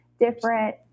different